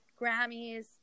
Grammys